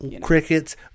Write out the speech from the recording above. Crickets